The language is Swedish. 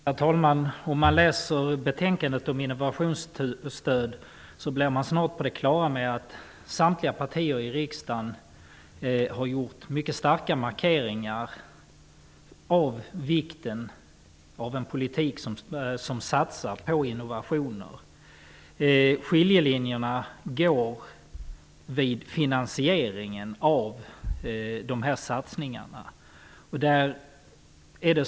Herr talman! Om man läser betänkandet om innovationsstöd blir man snart på det klara med att samtliga partier i riksdagen har gjort mycket starka markeringar av vikten av en politik där man satsar på innovationer. Skiljelinjerna går vid finansieringen av dessa satsningar.